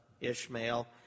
Ishmael